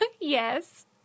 yes